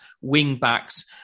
wing-backs